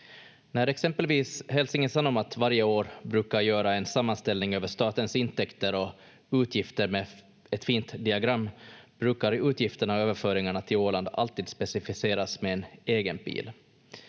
Helsingin Sanomat varje år brukar göra en sammanställning över statens intäkter och utgifter med ett fint diagram brukar utgifterna och överföringarna till Åland alltid specificeras med en egen pil.